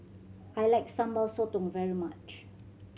I like Sambal Sotong very much